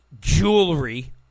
Jewelry